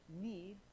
need